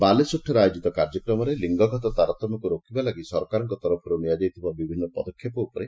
ବାଲେଶ୍ୱରଠାରେ ଆୟୋଜିତ କାର୍ଯ୍ୟକ୍ରମରେ ଲିଙ୍ଗଗତ ତାରତମ୍ୟକୁ ରୋକିବା ଲାଗି ସରକାରଙ୍କ ତରଫରୁ ନିଆଯାଉଥିବା ବିଭିନ୍ନ ପଦକ୍ଷେପ ଉପରେ ଆଲୋଚନା ହୋଇଛି